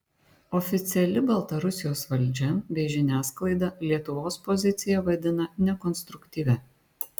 oficiali baltarusijos valdžia bei žiniasklaida lietuvos poziciją vadina nekonstruktyvia